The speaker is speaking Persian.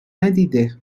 ندیده